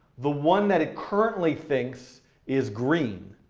the one that it currently thinks is green.